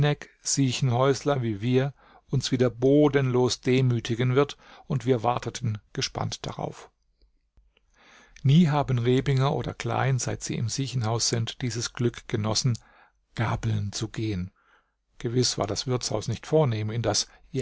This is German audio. siechenhäusler wie wir uns wieder bodenlos demütigen wird und wir warteten gespannt darauf nie haben rebinger oder klein seit sie im siechenhaus sind dieses glück genossen gabeln zu gehen gewiß war das wirtshaus nicht vornehm in das